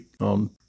on